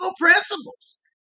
principles